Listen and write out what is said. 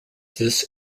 this